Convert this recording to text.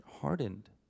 hardened